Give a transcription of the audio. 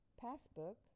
passbook